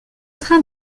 train